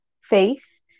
faith